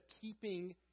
keeping